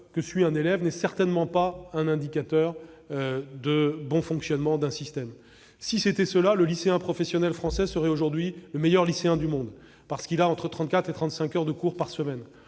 que suit un élève n'est certainement pas un indicateur de bon fonctionnement d'un système. Si tel était le cas, le lycéen professionnel français serait aujourd'hui le meilleur lycéen du monde, car il bénéficie de 34 heures à 35 heures de cours hebdomadaires.